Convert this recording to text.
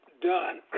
done